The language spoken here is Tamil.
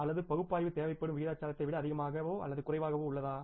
அல்லது பகுப்பாய்வு தேவைப்படும் விகிதாச்சாரத்தை விட அதிகமாகவோ அல்லது குறைவாகவோ உள்ளது